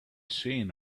seen